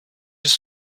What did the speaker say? ist